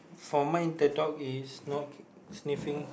for my the dog is not sniffing